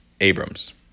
Abrams